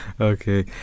okay